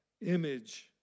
image